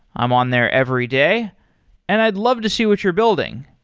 i'm on there every day and i'd love to see what you're building.